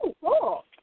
cool